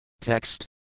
Text